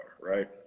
right